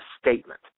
statement